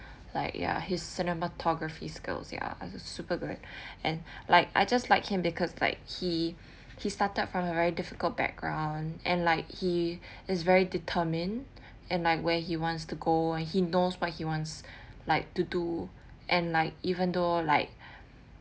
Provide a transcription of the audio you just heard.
like ya his cinematography skills ya are super good and like I just like him because like he he started from a very difficult background and like he is very determine and like where he wants to go and he knows what he wants like to do and like even though like